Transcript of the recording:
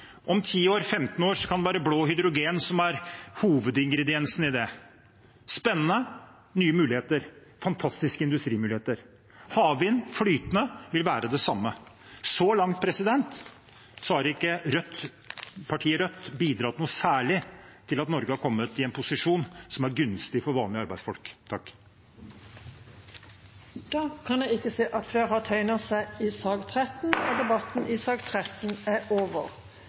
Om ti–femten år kan det være blått hydrogen som er hovedingrediensen i det. Det er spennende, nye muligheter – fantastiske industrimuligheter. Flytende havvind vil være det samme. Så langt har ikke partiet Rødt bidratt noe særlig til at Norge har kommet i en posisjon som er gunstig for vanlige arbeidsfolk. Flere har ikke bedt om ordet til sak nr. 13. Etter ønske fra arbeids- og sosialkomiteen vil presidenten ordne debatten